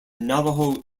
navajo